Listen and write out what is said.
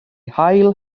hail